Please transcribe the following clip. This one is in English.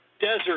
desert